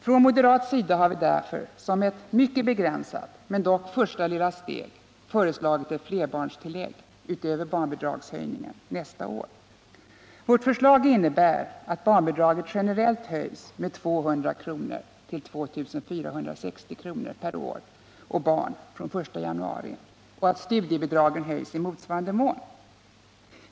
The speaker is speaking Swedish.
Från moderat sida har vi därför som ett mycket begränsat, men dock första litet steg föreslagit ett flerbarnstillägg utöver barnbidragshöjningen nästa år. Vårt förslag innebär att barnbidraget generellt höjs med 200 kr. till 2 460 kr. per barn och år från den 1 januari och att studiebidragen höjs i motsvarande mån.